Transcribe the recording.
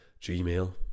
Gmail